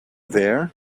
there